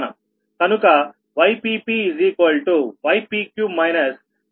కనుక Yppypq ypqaypqa